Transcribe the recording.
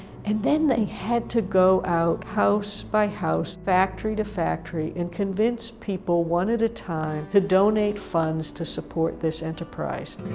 and then they had to go out, house by house, factory to factory, and convince people one at a time to donate funds to support this enterprise.